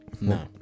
no